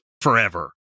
forever